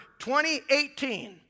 2018